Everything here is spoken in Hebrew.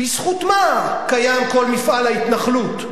בזכות מה קיים כל מפעל ההתנחלות?